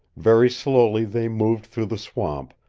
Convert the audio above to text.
very slowly they moved through the swamp,